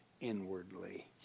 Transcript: inwardly